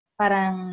parang